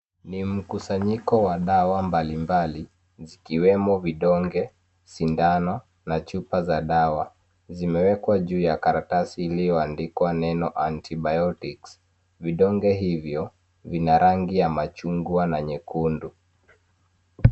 Ni mkusanyiko wa dawa mbali mbali zikiwemo vidonge sindano na chupa za dawa zimewekwa juu ya karatasi iliyoandikwa neno anti-biotics vidonge hivyo vina rangi ya machungwa na nyekundu